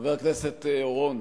חבר הכנסת אורון,